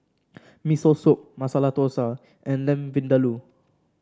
Miso Soup Masala Dosa and Lamb Vindaloo